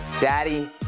Daddy